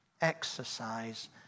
exercise